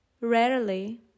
Rarely